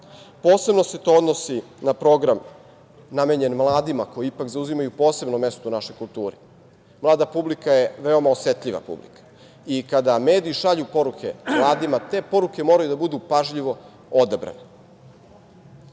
Posebno se to odnosi na program namenjen mladima, koji ipak zauzimaju posebno mesto u našoj kulturi. Mlada publika je veoma osetljiva publika i kada mediji šalju poruke mladima, te poruke moraju da budu pažljivo odabrane.